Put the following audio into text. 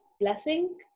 blessing